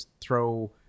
throw